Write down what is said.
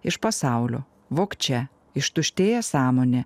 iš pasaulio vogčia ištuštėja sąmonė